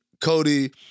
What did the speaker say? Cody